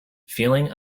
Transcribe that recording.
feeling